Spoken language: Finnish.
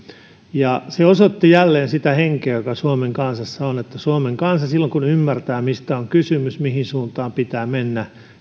ja se osoitti jälleen sitä henkeä joka suomen kansassa on että suomen kansa silloin kun ymmärtää mistä on kysymys ja mihin suuntaan pitää mennä